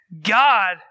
God